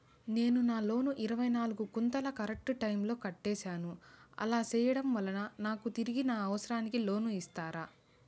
నేను నా లోను ఇరవై నాలుగు కంతులు కరెక్టు టైము లో కట్టేసాను, అలా సేయడం వలన నాకు తిరిగి నా అవసరానికి లోను ఇస్తారా?